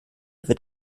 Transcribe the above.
wird